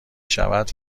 شود